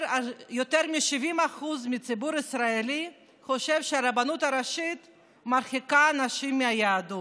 יותר מ-70% מהציבור הישראלי חשבו שהרבנות הראשית מרחיקה אנשים מהיהדות,